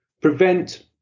prevent